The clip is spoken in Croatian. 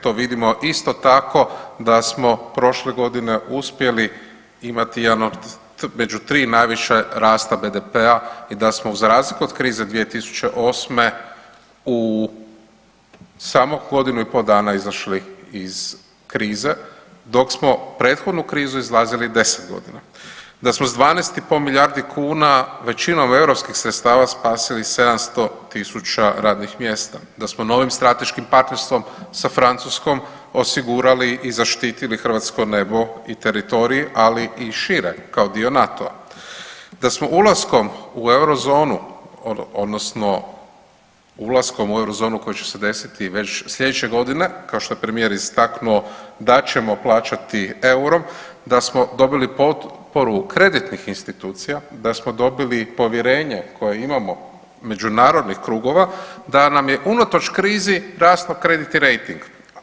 To vidimo isto tako da smo prošle godine uspjeli imati jedan među tri najviše rasta BDP-a i da smo za razliku od krize 2008. u samo godinu i pol dana izašli iz krize, dok smo prethodnu krizu izlazili 10 godina, da smo s 12,5 milijardi kuna većinom europskih sredstava spasili 700.000 radnih mjesta, da smo novim strateškim partnerstvom sa Francuskom osigurali i zaštitili hrvatsko nebo i teritorij, ali i šire kao dio NATO-a, da smo ulaskom u Eurozonu odnosno ulaskom u Eurozonu koje će se desiti već sljedeće godine, kao što je premijer istaknuo da ćemo plaćati eurom, da smo dobili potporu kreditnih institucija, da smo dobili povjerenje koje imamo međunarodnih krugova, da nam je unatoč krizi rastao kreditni rejting.